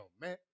man